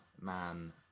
man